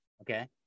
Okay